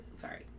Sorry